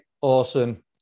Awesome